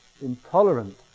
intolerant